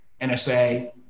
NSA